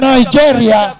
Nigeria